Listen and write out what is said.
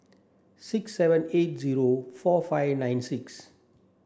six seven eight zero four five nine six